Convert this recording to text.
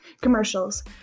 Commercials